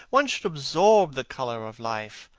one should absorb the colour of life,